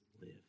live